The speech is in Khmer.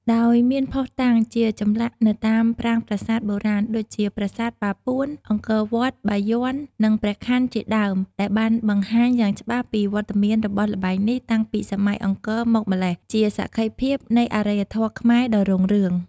ដោយមានភស្តុតាង ជាចម្លាក់នៅតាមប្រាង្គប្រាសាទបុរាណ ដូចជាប្រាសាទបាពួន អង្គរវត្ត បាយ័ន និងព្រះខ័នជាដើម ដែលបានបង្ហាញយ៉ាងច្បាស់ពីវត្តមានរបស់ល្បែងនេះតាំងពីសម័យអង្គរមកម៉្លេះ ជាសក្ខីភាពនៃអរិយធម៌ខ្មែរដ៏រុងរឿង។